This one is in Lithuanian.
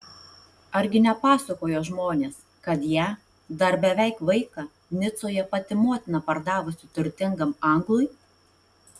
argi nepasakojo žmonės kad ją dar beveik vaiką nicoje pati motina pardavusi turtingam anglui